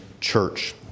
church